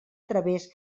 través